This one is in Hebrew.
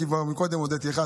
כי כבר קודם הודיתי לך,